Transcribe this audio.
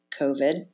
COVID